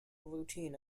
routine